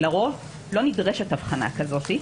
לרוב לא נדרשת הבחנה כזאת,